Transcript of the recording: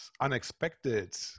unexpected